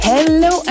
Hello